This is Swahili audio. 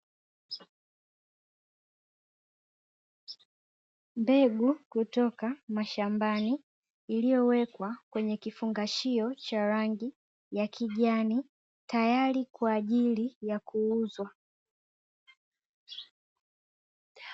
Mbegu kutoka mashambani, iliyowekwa kwenye kifungashio cha rangi ya kijani, tayari kwa ajili ya kuuzwa.